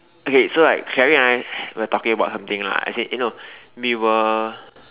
okay so like Clarie and I we were talking about something lah as in eh no we were